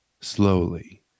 slowly